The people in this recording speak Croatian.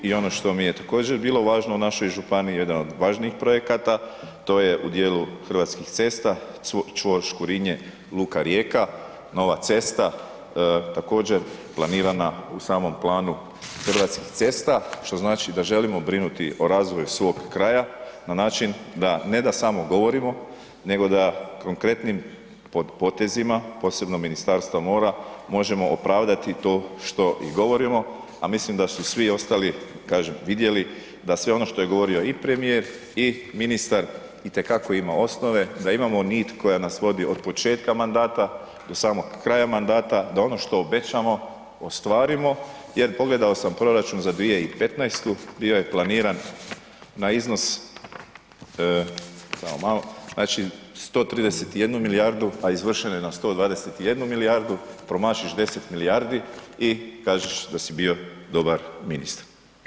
I ono što mi je također bilo važno u našoj županiji jedan od važnijih projekata to je u cijelu Hrvatskih cesta čvor Škurinje – Luka Rijeka nova cesta također planirana u samom planu Hrvatskih cesta što znači da želimo brinuti o razvoju svog kraja na način da ne da samo govorimo nego da konkretnim potezima posebno Ministarstva mora možemo opravdati to što i govorimo, a mislim da su svi ostali kažem vidjeli da sve ono što je govorio i premijer i ministar itekako ima osnove, da imamo nit koja nas vodi od početka mandata do samom kraja mandata, da ono što obećamo ostvarimo jer pogledao sam proračun za 2015. bio je planiran na iznos, samo malo, znači 131 milijardu, a izvršen je na 121 milijardu, promašiš 10 milijardi i kažeš da si bio ministar.